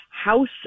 House